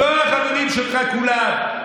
כל החברים שלך כולם,